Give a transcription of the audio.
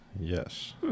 Yes